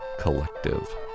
Collective